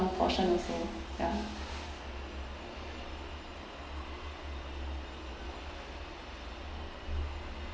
portion also ya